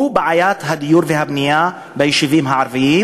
בעיית הדיור והבנייה ביישובים הערביים,